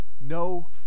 no